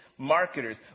Marketers